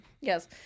Yes